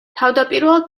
თავდაპირველად